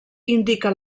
indica